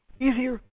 Easier